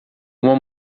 uma